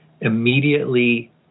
immediately